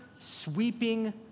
sweeping